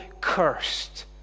cursed